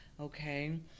Okay